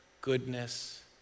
goodness